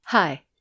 Hi